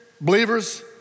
believers